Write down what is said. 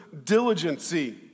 diligency